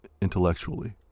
intellectually